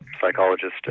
psychologist